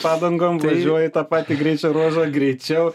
padangom važiuoja į tą patį greičio ruožą greičiau